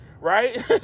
right